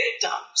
victims